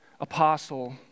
apostle